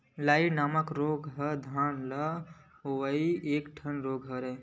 लाई नामक रोग ह धान म होवइया एक ठन रोग हरय